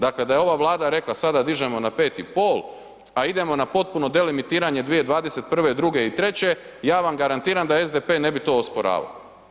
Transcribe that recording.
Dakle, da je ova Vlada rekla sada dižemo na 5,5 a idemo na potpuno delimitiranje 2021., '22. i '23. ja vam garantiram da SDP ne bi to osporavao.